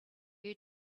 you